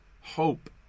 Hope